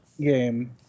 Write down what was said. game